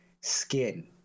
skin